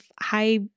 high